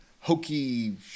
hokey